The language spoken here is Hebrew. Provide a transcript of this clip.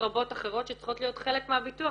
רבות אחרות שצריכות להיות חלק מהביטוח.